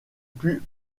put